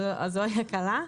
זאת הקלה.